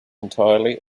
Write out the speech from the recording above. entirely